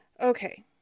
Okay